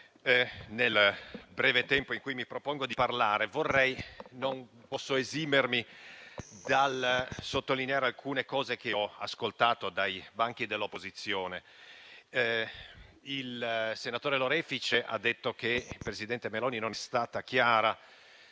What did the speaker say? nel breve tempo in cui mi propongo di parlare non posso esimermi dal sottolineare alcune cose che ho ascoltato dai banchi dell'opposizione. Il senatore Lorefice ha detto che il presidente Meloni non è stata chiara